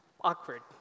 awkward